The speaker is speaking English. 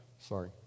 Sorry